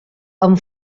amb